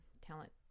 talent